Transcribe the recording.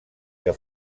que